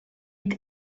est